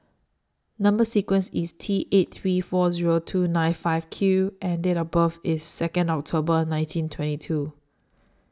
Number sequence IS T eight three four Zero two nine five Q and Date of birth IS Second October nineteen twenty two